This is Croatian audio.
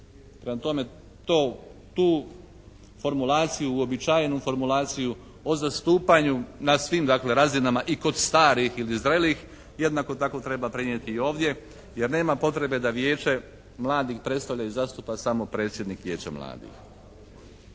Prema tome to, tu formulaciju, uobičajenu formulaciju o zastupanju na svim dakle razinama i kod starih ili zrelijih jednako tako treba prenijeti ovdje jer nema potrebe da Vijeće mladih predstavlja i zastupa samo predsjednik Vijeća mladih.